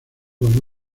con